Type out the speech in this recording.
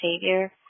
Savior